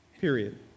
period